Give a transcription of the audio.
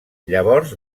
llavors